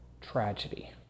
tragedy